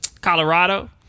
Colorado